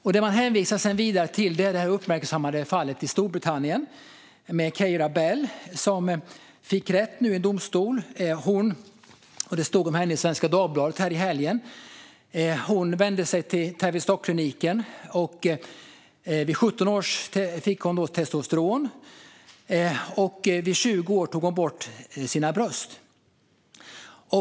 Vidare hänvisar man till det uppmärksammade fallet i Storbritannien med Keira Bell, som fick rätt i domstol. Det stod om henne i Svenska Dagbladet i helgen. Hon vände sig till Tavistock-kliniken, och vid 17 års ålder fick hon testosteron. Vid 20 års ålder tog hon bort sina bröst.